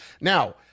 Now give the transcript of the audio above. Now